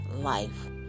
life